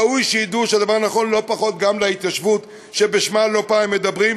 ראוי שידעו שהדבר נכון לא פחות גם להתיישבות שבשמה הם לא פעם מדברים,